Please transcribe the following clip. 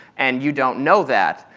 and you don't know that.